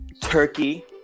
turkey